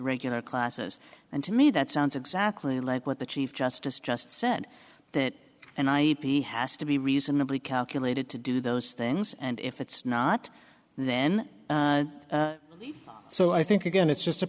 regular classes and to me that sounds exactly like what the chief justice just said that and i asked to be reasonably calculated to do those things and if it's not then so i think again it's just a